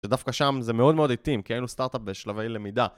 שדווקא שם זה מאוד מאוד התאים, כי היינו סטארט-אפ בשלבי למידה.